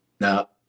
Now